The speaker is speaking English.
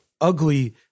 ugly